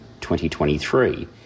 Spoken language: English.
2023